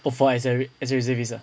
oh for a res~ as a reservist ah